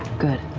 good,